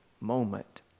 moment